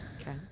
Okay